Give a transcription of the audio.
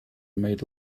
made